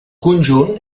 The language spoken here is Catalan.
conjunt